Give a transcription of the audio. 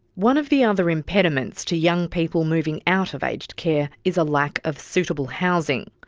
one of the other impediments to young people moving out of aged care is a lack of suitable housing.